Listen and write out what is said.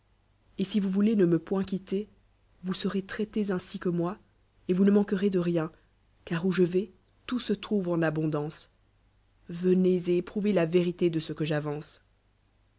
et si vous voulez ne me point quitter vous serez traités ainsi que moi et vous ne manquerez de rien car où je vais tout se trouve en aboodance venez et éprouvez la vérité de ce que j'avance